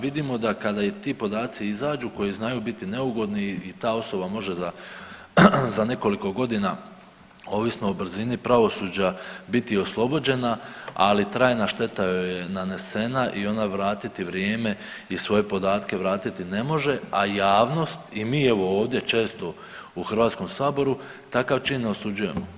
Vidimo da kada i ti podaci izađu koji znaju biti neugodni i ta osoba može za, za nekoliko godina ovisno o brzini pravosuđa biti oslobođena, ali trajna šteta joj je nanesena i ona vratiti vrijeme i svoje podatke vratiti ne može, a javnost i mi evo ovdje često u Hrvatskom saboru takav čin ne osuđujemo.